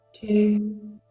Two